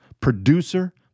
Producer